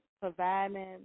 providing